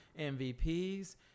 MVPs